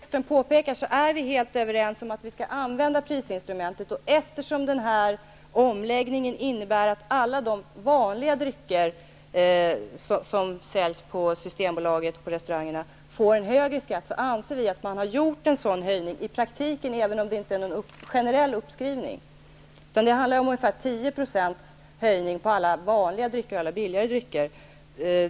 Fru talman! Precis som Lars Bäckström påpekar är vi helt överens om att vi skall använda prisinstrumentet. Eftersom omläggningen innebär att alla vanliga drycker som säljs på systembolaget och restaurangerna får högre skatt, anser vi att man i praktiken har gjort en sådan höjning även om man inte har gjort någon generell uppskrivning. Det handlar om en höjning på ungefär 10 % på alla vanliga, billiga drycker.